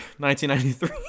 1993